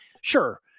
sure